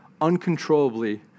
uncontrollably